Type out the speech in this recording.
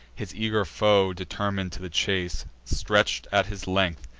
his eager foe, determin'd to the chase, stretch'd at his length,